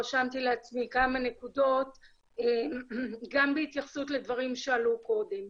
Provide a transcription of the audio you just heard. רשמתי לעצמי כמה נקודות גם בהתייחסות לדברים שעלו קודם.